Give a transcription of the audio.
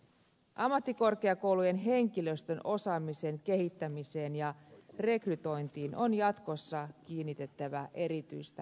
ammattikorkeakoulujen henkilöstön osaamisen kehittämiseen ja rekrytointiin on jatkossa kiinnitettävä erityistä huomiota